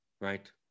Right